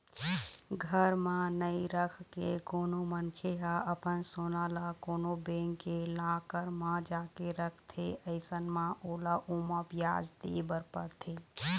घर म नइ रखके कोनो मनखे ह अपन सोना ल कोनो बेंक के लॉकर म जाके रखथे अइसन म ओला ओमा बियाज दे बर परथे